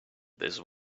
this